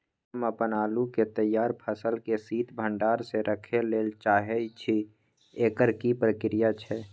हम अपन आलू के तैयार फसल के शीत भंडार में रखै लेल चाहे छी, एकर की प्रक्रिया छै?